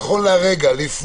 נכון לרגע זה,